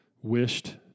wished